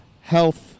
health